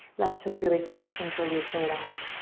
left toes really flexing towards your third eye.